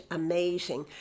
amazing